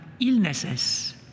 illnesses